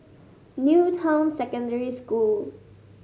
New Town Secondary School